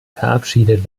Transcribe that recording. verabschiedet